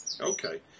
Okay